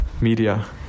Media